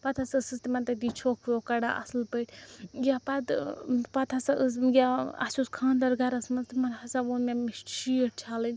پَتہٕ ہَسا ٲسٕس تِمَن تَتی چھۄک وۄکھ کَڑان اصٕل پٲٹھۍ یا پَتہٕ ٲں پَتہٕ ہَسا ٲس یا اسہِ اوس خانٛدَر گھرَس منٛز تِمَن ہَسا ووٚن مےٚ مےٚ چھِ شیٖٹ چھَلٕنۍ